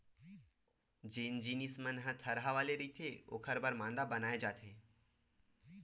जेन जिनिस मन ह थरहा वाले रहिथे ओखर बर मांदा बनाए जाथे